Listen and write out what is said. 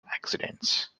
accidents